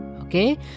Okay